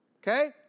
Okay